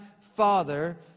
father